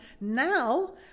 now